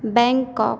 Bangkok